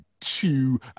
two